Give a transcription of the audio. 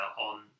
on